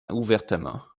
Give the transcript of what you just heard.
ouvertement